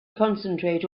concentrate